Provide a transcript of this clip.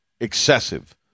excessive